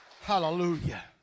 Hallelujah